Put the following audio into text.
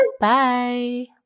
Bye